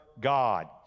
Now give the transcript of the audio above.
God